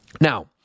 Now